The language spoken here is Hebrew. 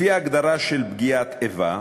לפי ההגדרה של פגיעת איבה,